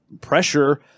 pressure